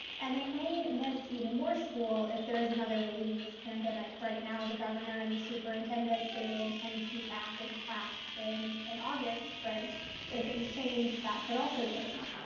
and they may miss even more school if there is another wave of this pandemic. right now, the governor and the superintendent say they intend to be back in class in in august, but if things change that could also change.